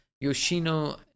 Yoshino